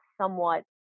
somewhat